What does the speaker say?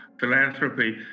philanthropy